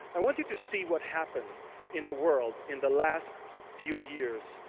i want you to see what happened in the world in the last few years.